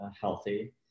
healthy